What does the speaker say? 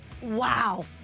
wow